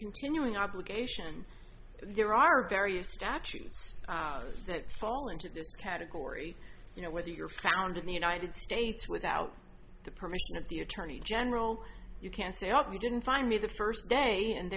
continuing obligation there are various statutes that fall into this category you know whether you're found in the united states without the permission of the attorney general you can say up we didn't find me the first day and